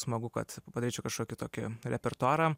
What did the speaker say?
smagu kad padaryčiau kažkokį tokį repertuarą